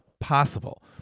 possible